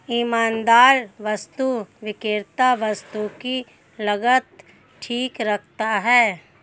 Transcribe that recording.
ईमानदार वस्तु विक्रेता वस्तु की लागत ठीक रखता है